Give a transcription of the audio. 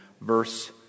verse